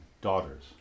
daughters